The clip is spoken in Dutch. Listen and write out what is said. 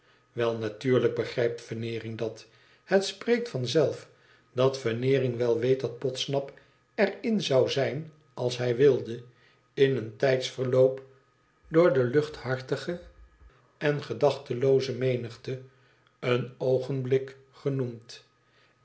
wel natuurlijk begrijpt veneering dat i het spreekt van zelf dat veneering wel weet dat podsnap er in zou zijn als hij wilde in een tijdsverloop door de luchthartige en gedachtelooze menigte een oogenblik genoemd